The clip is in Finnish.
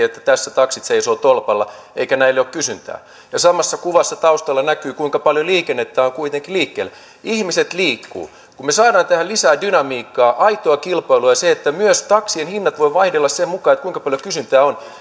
että tässä taksit seisoo tolpalla eikä näille ole kysyntää mutta samassa kuvassa taustalla näkyi kuinka paljon liikennettä on kuitenkin liikkeellä ihmiset liikkuvat kun me saamme tähän lisää dynamiikkaa aitoa kilpailua ja sen että myös taksien hinnat voivat vaihdella sen mukaan kuinka paljon kysyntää